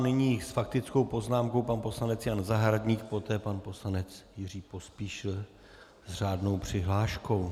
Nyní s faktickou poznámkou pan poslanec Jan Zahradník, poté pan poslanec Jiří Pospíšil s řádnou přihláškou.